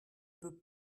peut